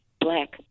black